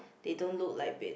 they don't look like bed